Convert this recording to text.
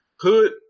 hood